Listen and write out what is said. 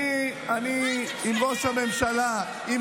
אם ראש הממשלה אמר את מה שאתה אומר,